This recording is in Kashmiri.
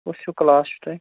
کُس ہیٛوٗ کٕلاس چھُ تۄہہِ